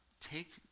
take